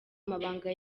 amabanga